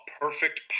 perfect